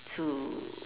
to